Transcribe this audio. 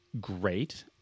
Great